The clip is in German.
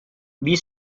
wie